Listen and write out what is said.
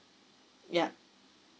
yup